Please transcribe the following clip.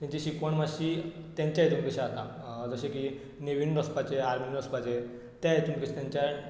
तेंची शिकवण मातशी तेंच्या हितून कशी आता जशें की नेवीनूत वसपाचें आर्मीन वसपाचें त्या हितून कशी तेंच्या